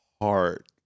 heart